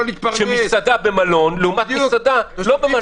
של מסעדה במלון לעומת מסעדה לא במלון.